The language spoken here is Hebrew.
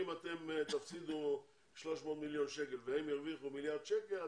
אם אתם תפסידו 300 מיליון שקל והם ירוויחו מיליארד שקל,